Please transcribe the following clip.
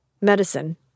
medicine